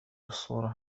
الصورة